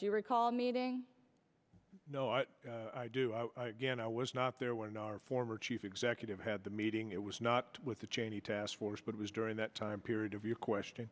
you recall meeting i do again i was not there when our former chief executive had the meeting it was not with the cheney task force but it was during that time period of your question